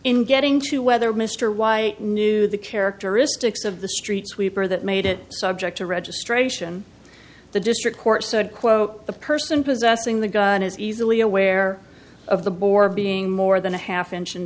in getting to whether mr y knew the characteristics of the street sweeper that made it subject to registration the district court said quote the person possessing the gun is easily aware of the bore being more than a half inch in